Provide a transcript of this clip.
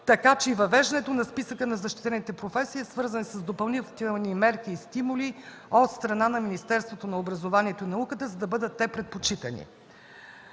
така че въвеждането на списъка на защитените професии е свързано с допълнителни мерки и стимули от страна на Министерството на образованието и науката, за да бъдат те предпочитани.